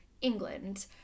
England